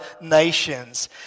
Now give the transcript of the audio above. nations